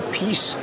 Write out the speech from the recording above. peace